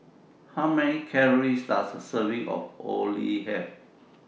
How Many Calories Does A Serving of Orh Nee Have